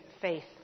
faith